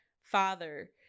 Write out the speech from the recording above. father